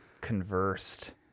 conversed